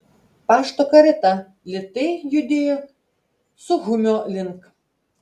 pašto karieta lėtai judėjo suchumio link